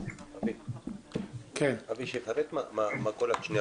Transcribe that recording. חברת הכנסת